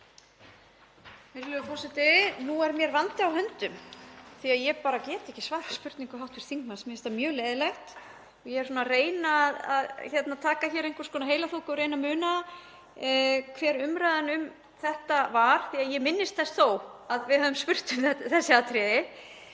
Virðulegur forseti. Nú er mér vandi á höndum því að ég bara get ekki svarað spurningu hv. þingmanns. Mér finnst það mjög leiðinlegt og ég er svona að reyna að taka það úr einhvers konar heilaþoku og reyna að muna hver umræðan um þetta var, því að ég minnist þess þó að við höfum spurt um þessi atriði.